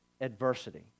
adversity